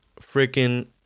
freaking